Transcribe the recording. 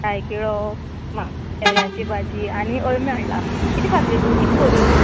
तायकिळो तेऱ्याची भाजी आनी अळमीं हाडला कितें खातलें तूं कितें करूं